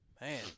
Man